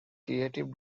creative